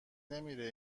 نمیره